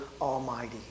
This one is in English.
Almighty